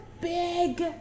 big